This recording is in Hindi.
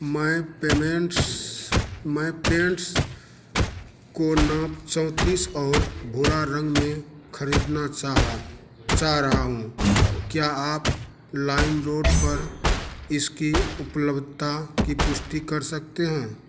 मैं पेमेन्ट्स मैं पैन्ट्स को नाप चौँतीस और भूरा रंग में खरीदना चाह चाह रहा हूँ क्या आप लाइम रोड पर इसकी उपलब्धता की पुष्टि कर सकते हैं